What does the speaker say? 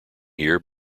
here